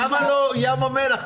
ולמה לא ים המלח?